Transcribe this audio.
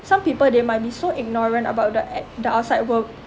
some people they might be so ignorant about the the outside world